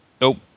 Nope